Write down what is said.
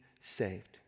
saved